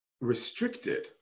restricted